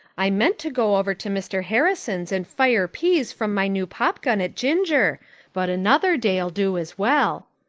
i meant to go over to mr. harrison's and fire peas from my new popgun at ginger but another day'll do as well.